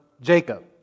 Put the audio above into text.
Jacob